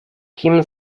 kim